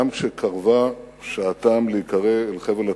אנו מצדיעים היום לגבורתם של 12 מלוחמי מחתרות ישראל,